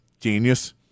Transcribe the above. Genius